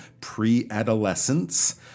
pre-adolescence